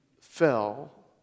fell